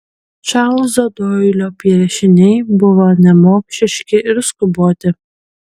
čarlzo doilio piešiniai buvo nemokšiški ir skuboti